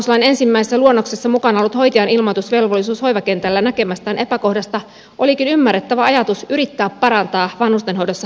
vanhuslain ensimmäisessä luonnoksessa mukana ollut hoitajan ilmoitusvelvollisuus hoivakentällä näkemästään epäkohdasta olikin ymmärrettävä ajatus yrittää parantaa vanhustenhoidossa havaittuja puutteita